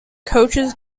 coaches